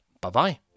bye-bye